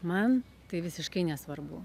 man tai visiškai nesvarbu